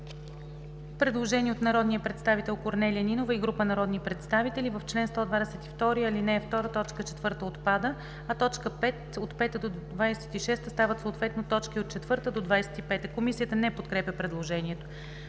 предложение от народния представител Корнелия Нинова и група народни представители: „В чл. 122, ал. 2 т. 4 отпада, а т. 5 – 26 стават съответно т. 4 – 25.“ Комисията не подкрепя предложението.